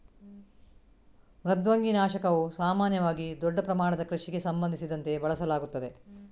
ಮೃದ್ವಂಗಿ ನಾಶಕವು ಸಾಮಾನ್ಯವಾಗಿ ದೊಡ್ಡ ಪ್ರಮಾಣದ ಕೃಷಿಗೆ ಸಂಬಂಧಿಸಿದಂತೆ ಬಳಸಲಾಗುತ್ತದೆ